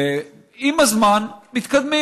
ועם הזמן מתקדמים.